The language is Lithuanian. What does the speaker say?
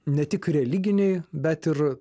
ne tik religiniai bet ir